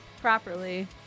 properly